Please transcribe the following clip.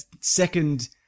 second